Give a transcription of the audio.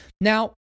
now